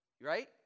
Right